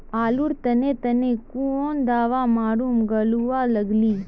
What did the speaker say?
आलूर तने तने कौन दावा मारूम गालुवा लगली?